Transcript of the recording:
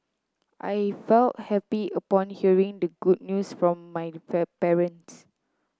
I felt happy upon hearing the good news from my parents